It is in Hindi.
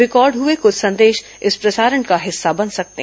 रिकॉर्ड हुए कुछ संदेश इस प्रसारण का हिस्सा बन सकते हैं